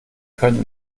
können